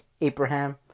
Abraham